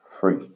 free